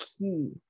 key